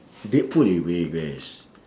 deadpool is way best